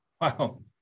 Wow